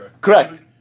Correct